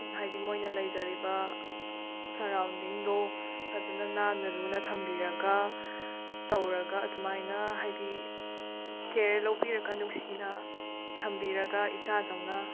ꯍꯥꯏꯗꯤ ꯃꯣꯏꯅ ꯂꯩꯖꯔꯤꯕ ꯁꯔꯥꯎꯟꯗꯤꯡꯗꯣ ꯐꯖꯅ ꯅꯥꯟꯅ ꯂꯨꯅ ꯊꯝꯕꯤꯔꯒ ꯇꯧꯔꯒ ꯑꯗꯨꯃꯥꯏꯅ ꯍꯥꯏꯗꯤ ꯀꯦꯌꯔ ꯂꯧꯕꯤꯔꯒ ꯅꯨꯡꯁꯤꯅ ꯊꯝꯕꯤꯔꯒ ꯏꯆꯥꯗꯧꯅ